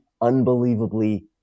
unbelievably